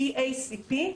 GACP,